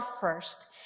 first